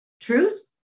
Truth